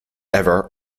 ever